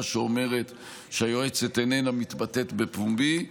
שאומרת שהיועצת איננה מתבטאת בפומבי,